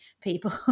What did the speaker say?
people